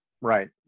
Right